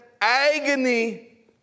agony